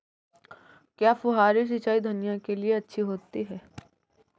क्या फुहारी सिंचाई धनिया के लिए अच्छी होती है?